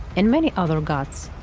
and many other gods.